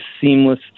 seamless